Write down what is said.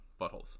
buttholes